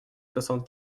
soixante